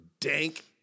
dank